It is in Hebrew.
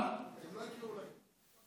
הם לא יקראו לכם.